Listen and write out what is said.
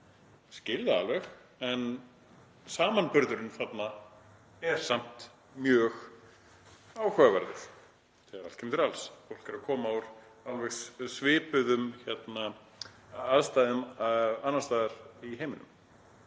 skil það alveg en samanburðurinn er samt mjög áhugaverður þegar allt kemur til alls. Fólk er að koma úr svipuðum aðstæðum annars staðar í heiminum.